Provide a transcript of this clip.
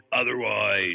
otherwise